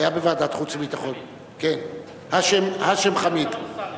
האשם מחאמיד.